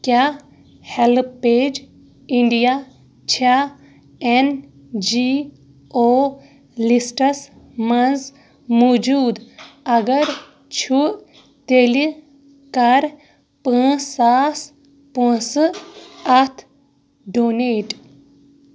کیٛاہ help page India چھا N G O لِسٹَس منٛز موٗجوٗد اَگر چھُ تیٚلہِ کَر پٲنٛژھ ساس پونٛسہٕ اَتھ ڈونیٹ